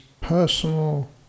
personal